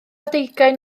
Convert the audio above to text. deugain